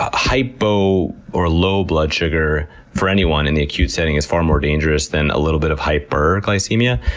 ah hypo, or low, blood sugar for anyone in the acute setting is far more dangerous than a little bit of hyperglycemia.